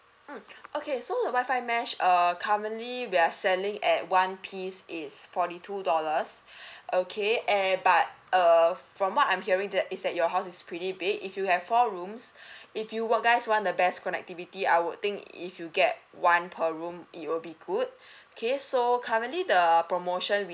mm okay so the WI-FI mesh err currently we are selling at one piece is forty two dollars okay and but err from what I'm hearing that is that your house is pretty big if you have four rooms if you work guys want the best connectivity I would think if you get one per room it will be good okay so currently the promotion